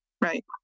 right